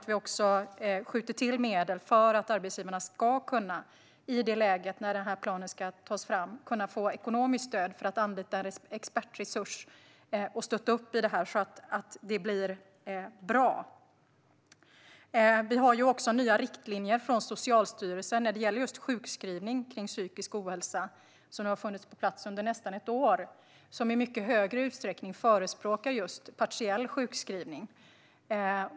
Vi skjuter till medel för att arbetsgivarna ska kunna få ekonomiskt stöd för att anlita expertresurs som kan stötta när en sådan plan ska tas fram, så att det blir bra. Socialstyrelsen har också nya riktlinjer när det gäller just sjukskrivning för psykisk ohälsa. Riktlinjerna har funnits på plats under nästan ett år och förespråkar i mycket högre utsträckning just partiell sjukskrivning.